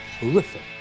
horrific